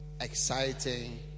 exciting